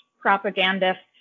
propagandists